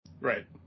Right